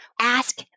Ask